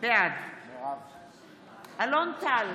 בעד אלון טל,